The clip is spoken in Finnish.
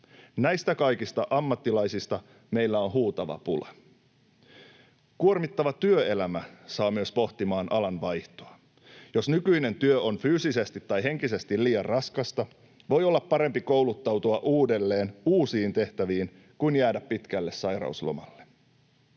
Näistä kaikista ammattilaisista meillä on huutava pula. Kuormittava työelämä saa myös pohtimaan alanvaihtoa. Jos nykyinen työ on fyysisesti tai henkisesti liian raskasta, voi olla parempi kouluttautua uudelleen, uusiin tehtäviin, kuin jäädä pitkälle sairauslomalle.